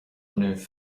inniu